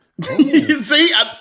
See